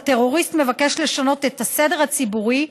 הטרוריסט מבקש לשנות את הסדר הציבורי,